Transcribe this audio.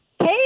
Hey